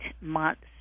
months